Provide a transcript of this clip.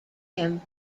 him